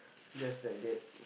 just like that